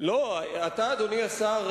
אדוני השר,